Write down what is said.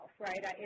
right